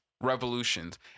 revolutions